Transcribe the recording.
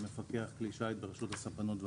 מפקח כלי שיט ברשות הספנות והנמלים.